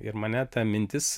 ir mane ta mintis